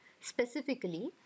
specifically